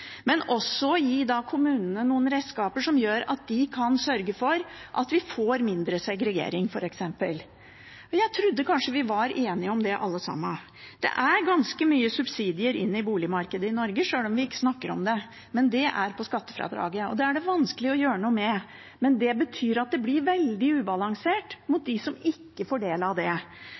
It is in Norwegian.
gjør at de kan sørge for at vi f.eks. får mindre segregering. Jeg trodde kanskje vi alle var enige om det. Det er ganske mye subsidier i boligmarkedet i Norge, sjøl om vi ikke snakker om det. Det er via skattefradraget, og det er det vanskelig å gjøre noe med. Det betyr at dette blir veldig ubalansert overfor dem som ikke får ta del i det.